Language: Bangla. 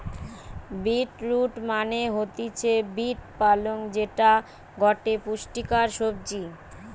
বিট রুট মানে হতিছে বিট পালং যেটা গটে পুষ্টিকর সবজি